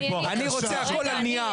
אני רוצה הכול על נייר.